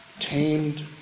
Tamed